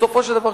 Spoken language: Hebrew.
בסופו של דבר,